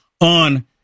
on